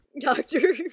Doctor